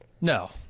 no